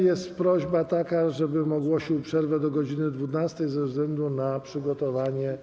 Jest prośba taka, żebym ogłosił przerwę do godz. 12 ze względu na przygotowanie